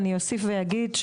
אני אוסף ואגיד,